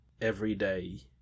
everyday